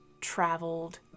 traveled